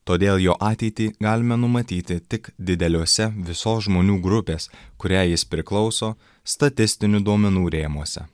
todėl jo ateitį galime numatyti tik dideliuose visos žmonių grupės kuriai jis priklauso statistinių duomenų rėmuose